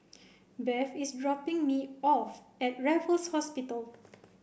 Bev is dropping me off at Raffles Hospital